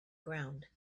ground